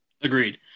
Agreed